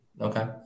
Okay